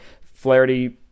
Flaherty